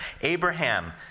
Abraham